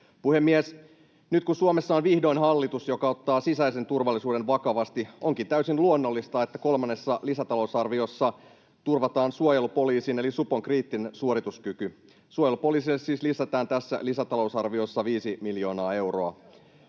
Puhemies! Nyt kun Suomessa on vihdoin hallitus, joka ottaa sisäisen turvallisuuden vakavasti, onkin täysin luonnollista, että kolmannessa lisätalousarviossa turvataan suojelupoliisin eli supon kriittinen suorituskyky. Suojelupoliisille siis lisätään tässä lisätalousarviossa viisi miljoonaa euroa.